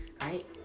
right